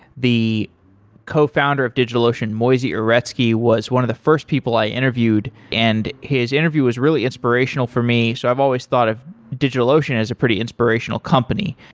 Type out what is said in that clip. the cofounder of digitalocean, moisey uretsky, was one of the first people i interviewed, and his interview was really inspirational for me. so i've always thought of digitalocean as a pretty inspirational company.